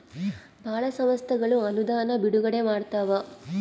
ಭಾಳ ಸಂಸ್ಥೆಗಳು ಅನುದಾನ ಬಿಡುಗಡೆ ಮಾಡ್ತವ